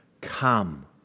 come